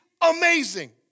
amazing